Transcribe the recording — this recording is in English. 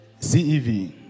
CEV